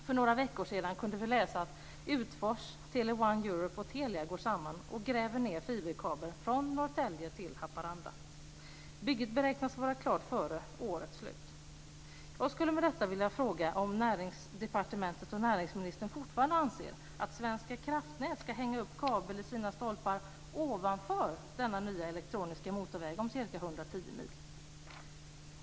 För några veckor sedan kunde vi läsa att Utfors, Tele 1 Europe och Telia går samman och gräver ned fiberkabel från Norrtälje till Haparanda. Bygget beräknas vara klart före årets slut. Jag skulle med detta vilja fråga om Näringsdepartementet och näringsministern fortfarande anser att Svenska kraftnät ska hänga upp kabel i sina stolpar ovanför denna nya elektroniska motorväg om ca 110 mil.